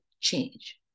change